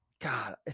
God